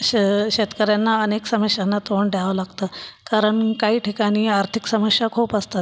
शं शेतकऱ्यांना अनेक समश्यांना तोंड द्यावं लागतं कारन काई ठिकानी आर्थिक समश्या खूप असतात